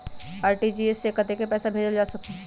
RTGS से कतेक पैसा भेजल जा सकहु???